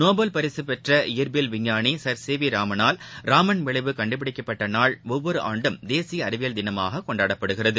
Nobel பரிசு பெற்ற இயற்பியல் விஞ்ஞானி சர் சி வி ராமனால் ராமன் விளைவுகள் கண்டுபிடிக்கப்பட்ட நாள் ஒவ்வொரு ஆண்டும் தேசிய அறிவியல் தினமாக கொண்டாடப்படுகிறது